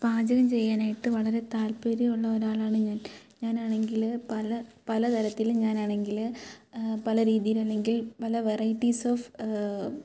പാചകം ചെയ്യാനായിട്ട് വളരെ താല്പര്യമുള്ള ഒരാളാണ് ഞാൻ ഞാനാണെങ്കിൽ പല പലതരത്തിൽ ഞാനാണെങ്കിൽ പല രീതിയിലല്ലെങ്കിൽ പല വെറൈറ്റീസ് ഓഫ്